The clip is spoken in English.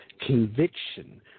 conviction –